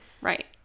Right